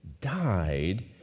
died